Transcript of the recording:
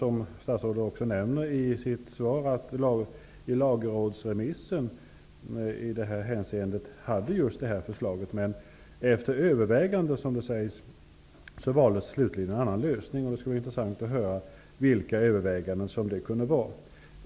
Som statsrådet nämde i sitt svar fanns just det här förslaget i lagrådsremissen, men efter överväganden valdes slutligen en annan lösning. Det skulle vara intressant att höra vilka överväganden som gjordes.